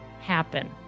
happen